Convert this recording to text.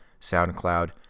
SoundCloud